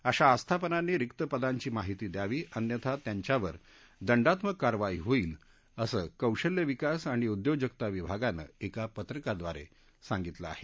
अशा आस्थापनांनी रिक्त पदांची माहिती द्यावी अन्यथा त्यांच्यावर दंडात्मक कारवाई होईल असं कौशल्य विकास आणि उद्योजकता विभागानं एका पत्रकाद्वारे सांगितलं आहे